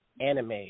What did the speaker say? anime